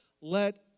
Let